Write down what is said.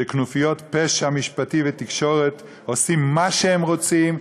שכנופיות פשע משפטי ותקשורת עושות מה שהן רוצות,